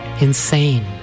insane